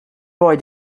boy